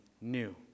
new